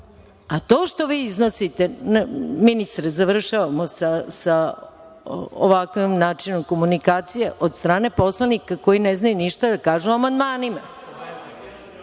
a to što vi iznosite…Ministre, završavamo sa ovakvim načinom komunikacije od strane poslanika koji ne znaju ništa da kažu o amandmanima.(Radoslav